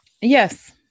yes